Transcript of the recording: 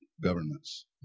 governments